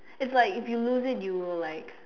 it's like if you lose it you will like